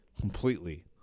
Completely